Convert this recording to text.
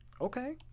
Okay